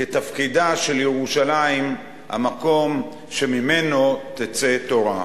כתפקידה של ירושלים, המקום שממנו תצא תורה.